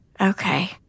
Okay